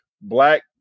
black